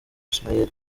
ismael